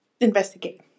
investigate